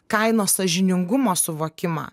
kainos sąžiningumo suvokimą